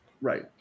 Right